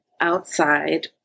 outside –